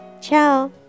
Ciao